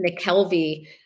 McKelvey